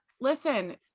listen